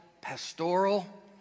pastoral